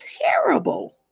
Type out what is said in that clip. terrible